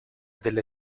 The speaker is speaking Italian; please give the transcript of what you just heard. delle